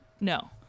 No